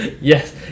Yes